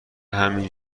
همین